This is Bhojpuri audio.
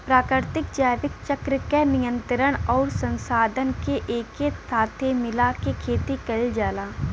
प्राकृतिक जैविक चक्र क नियंत्रण आउर संसाधन के एके साथे मिला के खेती कईल जाला